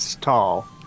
tall